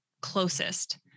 closest